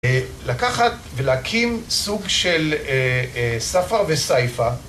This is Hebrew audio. לקחת ולהקים סוג של ספר וסייפה